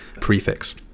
prefix